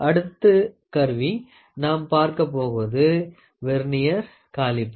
அடுத்து கருவி நாம் பார்க்கப் போவது பார்க்கப்போவது வெர்னியர் காலிப்பர்